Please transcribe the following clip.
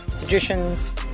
Magicians